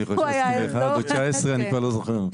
ואני כבר לא זוכר.